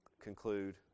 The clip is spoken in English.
conclude